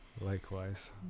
Likewise